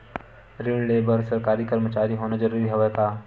ऋण ले बर सरकारी कर्मचारी होना जरूरी हवय का?